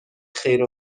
خیر